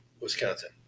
Wisconsin